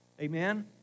Amen